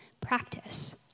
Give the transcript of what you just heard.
practice